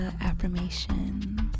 affirmations